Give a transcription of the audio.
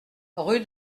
rue